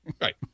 Right